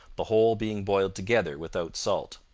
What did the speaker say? the whole being boiled together without salt.